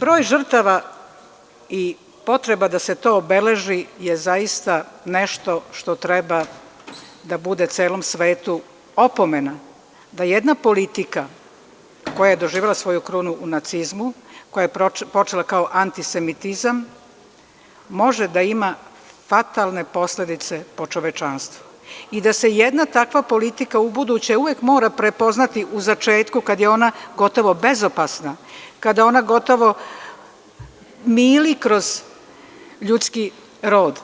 Broj žrtava i potreba da se to obeleži je zaista nešto što treba da bude celom svetu opomena, da jedna politika koja je doživela svoju krunu u nacizmu, koja je počela kao antisemitizam, može da ima fatalne posledice po čovečanstvo i da se jedna takva politika ubuduće uvek mora prepoznati u začetku, kada je ona gotovo bezopasna, kada ona gotovo mili kroz ljudski rod